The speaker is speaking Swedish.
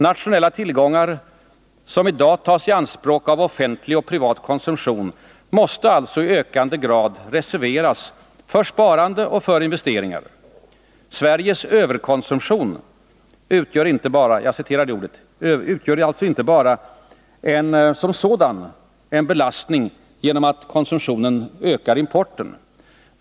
Nationella tillgångar som i dag tas i anspråk av offentlig och privat konsumtion måste alltså i ökad utsträckning reserveras för sparande och investeringar. Sveriges ”överkonsumtion” utgör inte bara som sådan en belastning genom att konsumtionen ökar importen.